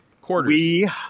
quarters